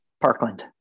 Parkland